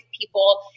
people